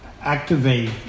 activate